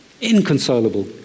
inconsolable